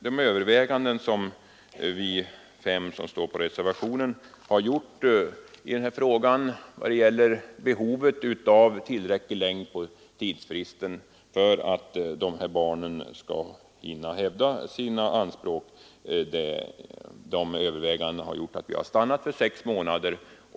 De överväganden som vi fem ledamöter i utskottet som står för reservationen har gjort när det gäller behovet av tillräcklig tidsfrist för att dessa barn skall hinna hävda sina anspråk har resulterat i att vi stannat för sex månader.